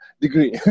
degree